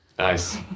Nice